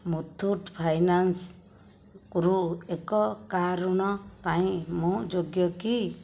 Muthoot finance ରୁ ଏକ car ଋଣ ପାଇଁ ମୁଁ ଯୋଗ୍ୟ କି